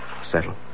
Settle